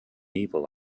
evil